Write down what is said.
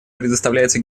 предоставляется